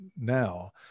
now